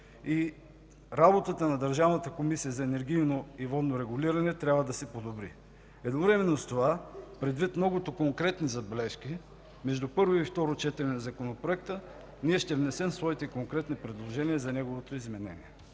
и работата на Държавната комисия за енергийно и водно регулиране трябва да се подобри. Едновременно с това, предвид многото конкретни забележки между първо и второ четене на Законопроекта, ние ще внесем своите конкретни предложения за неговото изменение.